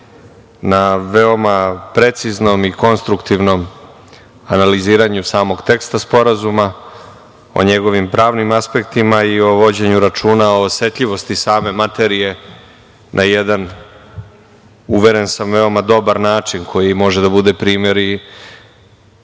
na veoma preciznom i konstruktivnom analiziranju samog teksta sporazuma, o njegovim pravnim aspektima i o vođenju računa o osetljivosti same materije na jedan, uveren sam, veoma dobar način koji može da bude primer i